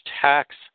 tax